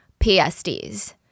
PSDs